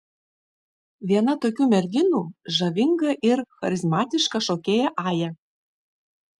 viena tokių merginų žavinga ir charizmatiška šokėja aja